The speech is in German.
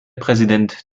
präsident